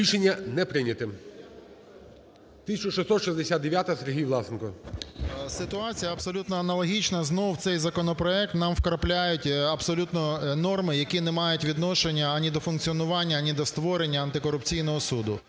Рішення не прийняте. 1669-а, Сергій Власенко. 11:14:17 ВЛАСЕНКО С.В. Ситуація абсолютно аналогічна. Знов в цей законопроект нам вкрапляють абсолютно норми, які не мають відношення ані до функціонування, ані до створення антикорупційного суду.